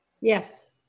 Yes